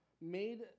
made